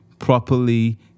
properly